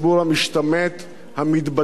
המתבדל והמתבטל?